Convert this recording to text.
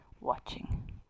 Watching